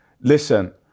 Listen